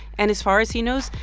and as far as he knows,